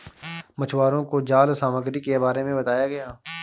मछुवारों को जाल सामग्री के बारे में बताया गया